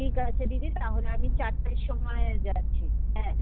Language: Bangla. ঠিক আছে দিদি তাহলে আমি চারটের সময় যাচ্ছি হ্যাঁ